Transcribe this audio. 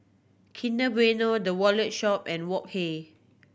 Kinder Bueno The Wallet Shop and Wok Hey